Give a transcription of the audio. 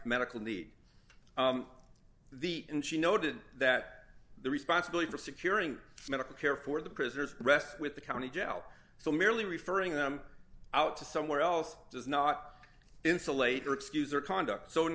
medical need the and she noted that the responsibility for securing medical care for the prisoners rests with the county jail so merely referring them out to somewhere else does not insulate or excuse or conduct so in